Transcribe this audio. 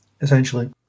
essentially